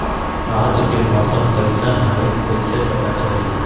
आज के मौसम कईसन हैं कईसे पता चली?